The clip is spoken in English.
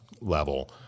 level